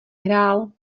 hrál